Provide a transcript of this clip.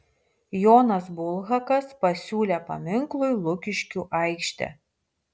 jonas bulhakas pasiūlė paminklui lukiškių aikštę